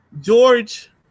George